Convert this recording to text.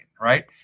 right